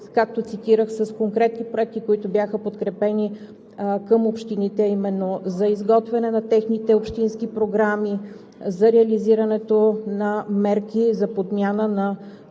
както цитирах с конкретни проекти, които бяха подкрепени, към общините, а именно за изготвяне на техните общински програми, за реализирането на мерки за подмяна на